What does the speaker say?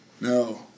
no